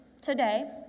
Today